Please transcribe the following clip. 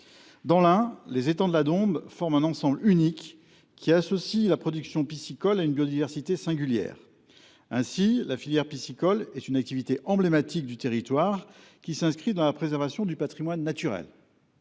Dans l’Ain, les étangs de la Dombes forment un ensemble unique qui associe la production piscicole à une biodiversité singulière. Ainsi la filière piscicole est une activité emblématique du territoire qui s’inscrit dans la préservation du patrimoine naturel.